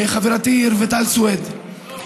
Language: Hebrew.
חברתי רויטל סויד.